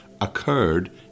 occurred